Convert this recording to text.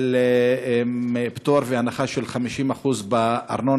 של פטור והנחה של 50% בארנונה,